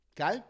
okay